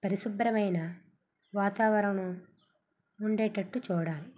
పరిశుభ్రమైన వాతావరణం ఉండేటట్టు చూడాలి